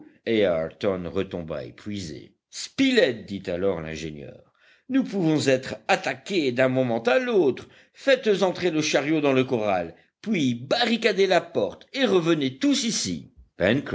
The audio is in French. ayrton retomba épuisé spilett dit alors l'ingénieur nous pouvons être attaqués d'un moment à l'autre faites entrer le chariot dans le corral puis barricadez la porte et revenez tous ici